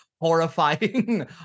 horrifying